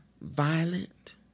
violent